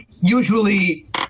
Usually